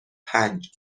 پنج